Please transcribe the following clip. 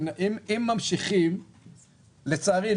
אם ממשיכים לצערי,